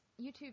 YouTube